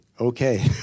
okay